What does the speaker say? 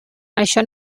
això